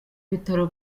bitaro